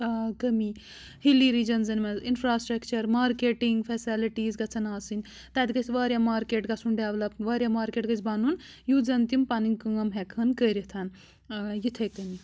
آ کمی hilly regions منٛز اِنفرا سٹرٛیکچر مارکیٹِنٛگ فیسلٹیٖز گَژھن آسٕنۍ تَتہِ گژھِ واریاہ مارکیٹ گَژھن ڈیٚولپ واریاہ مارکیٚٹ گَژھِ بَنُن یُتھ زَن تِم پَنٕنۍ کأم ہیکہٕ ہَن کٔرِتھ یِتھٕے کٔنی